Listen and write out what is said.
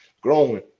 growing